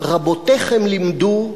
"רבותיכם לימדו: